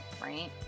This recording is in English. right